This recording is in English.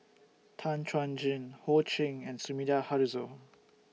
Tan Chuan Jin Ho Ching and Sumida Haruzo